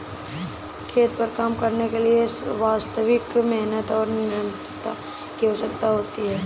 खेत पर काम करने के लिए वास्तविक मेहनत और निरंतरता की आवश्यकता होती है